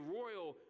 royal